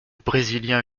brésilien